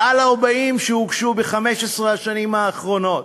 מעל 40 שהוגשו ב-15 השנים האחרונות.